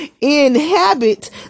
inhabit